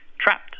trapped